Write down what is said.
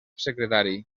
secretari